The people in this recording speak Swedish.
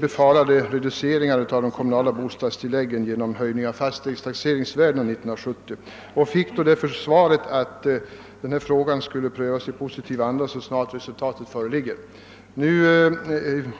befarade reduceringar av de kommunala bostadstilläggen på grund av en höjning av fastighetstaxeringsvärdena år 1970, och jag fick då svaret att denna fråga skulle prövas i positiv anda så snart de nya taxeringsvärdena förelåg.